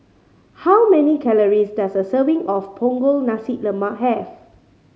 how many calories does a serving of Punggol Nasi Lemak have